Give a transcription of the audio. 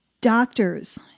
Doctors